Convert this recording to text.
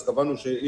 אז מצאנו גם